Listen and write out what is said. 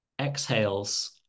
exhales